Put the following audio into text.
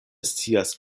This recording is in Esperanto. scias